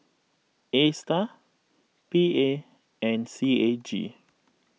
A Star P A and C A G